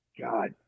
God